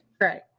Right